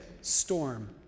storm